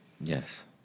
Yes